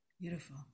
beautiful